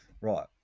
right